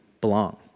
belong